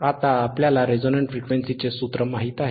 आता आपल्याला रेझोनंट फ्रिक्वेंसीचे सूत्र माहित आहे